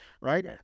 right